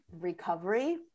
recovery